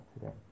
today